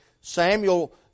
Samuel